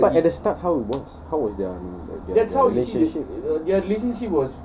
eh but at the start how was how was their their relationship